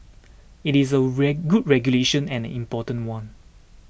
it is a red good regulation and an important one